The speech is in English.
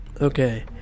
Okay